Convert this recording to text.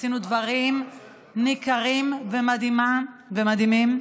עשינו דברים ניכרים ומדהימים,